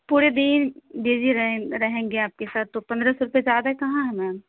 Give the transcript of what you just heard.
پورے دن بزی رہیں رہیں گے آپ کے ساتھ تو پندرہ سو روپئے زیادہ کہاں ہیں میم